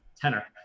tenor